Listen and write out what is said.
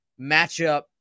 matchup